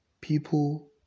people